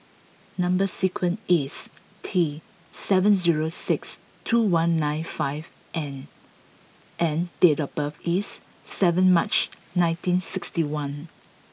number sequence is T seven zero six two one nine five N and date of birth is seven March nineteen sixty one